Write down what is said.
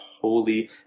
holy